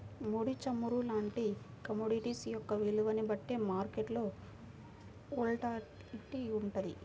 ముడి చమురు లాంటి కమోడిటీస్ యొక్క విలువని బట్టే మార్కెట్ వోలటాలిటీ వుంటది